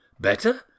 Better